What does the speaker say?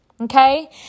Okay